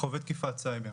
חווה תקיפת סייבר.